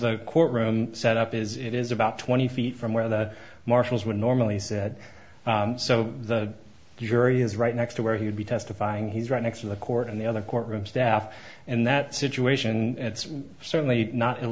the courtroom setup is it is about twenty feet from where the marshals would normally said so the jury is right next to where he would be testifying he's right next to the court and the other courtroom staff and that situation and it's certainly not i